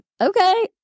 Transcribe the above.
okay